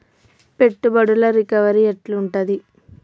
పెట్టుబడుల రికవరీ ఎట్ల ఉంటది?